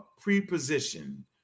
Preposition